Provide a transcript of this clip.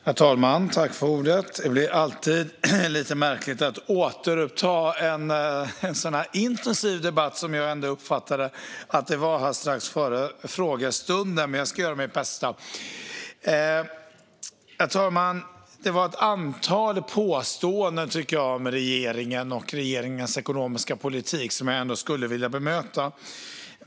Herr talman! Det blir lite märkligt att efter frågestunden återuppta en så intensiv debatt som jag uppfattade att den var strax före frågestunden. Men jag ska göra mitt bästa. Herr talman! Det var ett antal påståenden om regeringen och regeringens ekonomiska politik som jag skulle vilja bemöta.